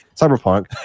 Cyberpunk